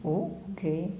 oh okay